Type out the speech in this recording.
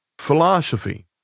philosophy